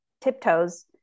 tiptoes